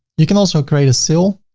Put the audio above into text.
you can also create a sale.